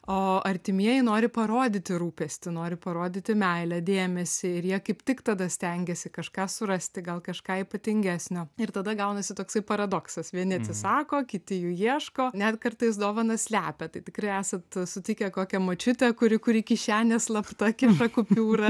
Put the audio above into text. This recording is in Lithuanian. o artimieji nori parodyti rūpestį nori parodyti meilę dėmesį ir jie kaip tik tada stengiasi kažką surasti gal kažką ypatingesnio ir tada gaunasi toksai paradoksas vieni atsisako kiti jų ieško net kartais dovanas slepia tai tikrai esat sutikę kokią močiutę kuri kuri kišenėj slapta kitą kupiūrą